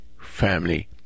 Family